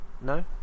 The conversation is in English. No